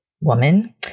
woman